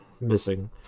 missing